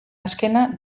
azkena